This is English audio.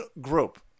group